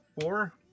four